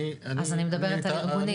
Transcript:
אז אני מדברת על ארגונים,